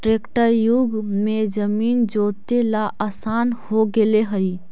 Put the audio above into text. tractor युग में जमीन जोतेला आसान हो गेले हइ